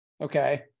Okay